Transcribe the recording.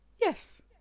Yes